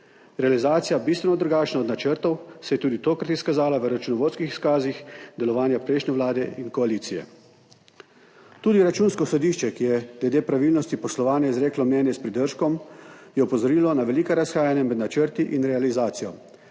Realizacija, bistveno drugačna od načrtov, se je tudi tokrat izkazala v računovodskih izkazih delovanja prejšnje vlade in koalicije. Tudi Računsko sodišče, ki je glede pravilnosti poslovanja izreklo mnenje s pridržkom, je opozorilo na velika razhajanja med načrti in realizacijo,